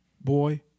boy